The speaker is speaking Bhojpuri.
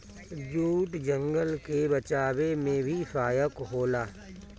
जूट जंगल के बचावे में भी सहायक होला